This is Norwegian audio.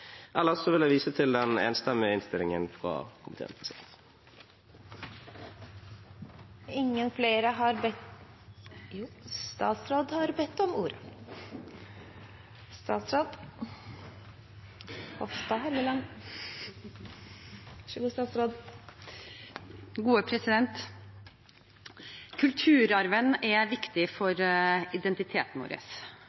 Ellers vil jeg vise til den enstemmige innstillingen fra komiteen. Kulturarven er viktig for